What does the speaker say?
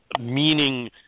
meaning